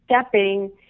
stepping